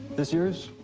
this yours?